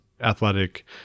athletic